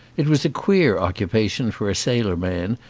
it was a queer occupation for a sailor-man,